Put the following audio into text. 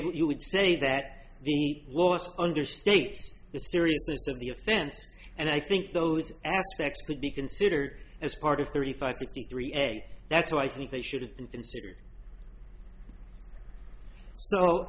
able you would say that the last understate the seriousness of the offense and i think those aspects could be considered as part of thirty five sixty three eg that's why i think they should have been considered